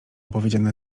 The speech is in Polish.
powiedziane